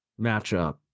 matchup